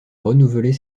renouveler